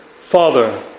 Father